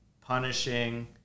punishing